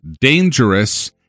dangerous